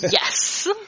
Yes